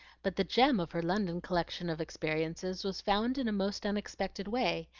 but the gem of her london collection of experiences was found in a most unexpected way,